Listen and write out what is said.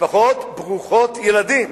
משפחות ברוכות ילדים.